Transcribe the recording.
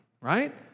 right